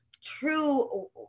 true